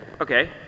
okay